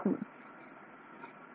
மாணவர்